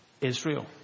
Israel